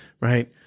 Right